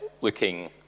looking